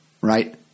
right